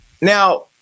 Now